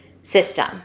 system